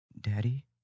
daddy